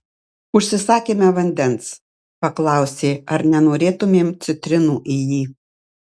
užsisakėme vandens paklausė ar nenorėtumėm citrinų į jį